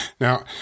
Now